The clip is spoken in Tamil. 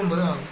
09 ஆகும்